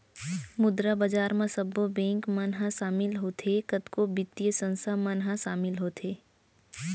मुद्रा बजार म सब्बो बेंक मन ह सामिल होथे, कतको बित्तीय संस्थान मन ह सामिल होथे